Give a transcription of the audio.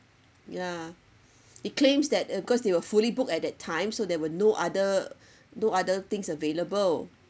ya he claims that because they were fully booked at that time so there were no other no other things available